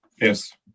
yes